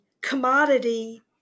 commodity